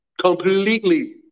completely